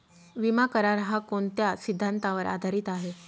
विमा करार, हा कोणत्या सिद्धांतावर आधारीत आहे?